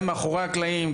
גם מאחורי הקלעים,